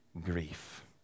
grief